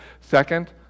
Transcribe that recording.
Second